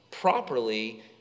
properly